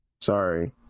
Sorry